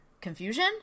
confusion